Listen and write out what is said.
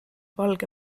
valge